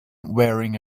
wearing